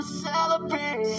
celebrate